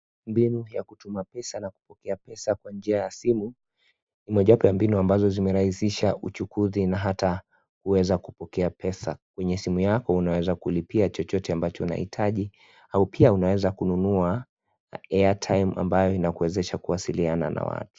Mbinu ya kutuma pesa na kupokea pesa kwa njia ya simu ni mojawapo ya mbinu zimerahisisha uchukuzi na hata kuweza kupokea pesa kwenye simu yako unaweza kulipia chote ambacho unahitji au pia unaweza kununua airtime ambayo inakuwezesha kuwasiliana na watu.